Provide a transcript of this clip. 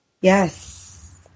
Yes